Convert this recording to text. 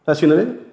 जासिगोनलै